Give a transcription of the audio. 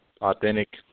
authentic